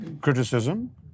criticism